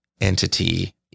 entity